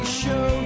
show